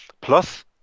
Plus